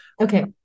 Okay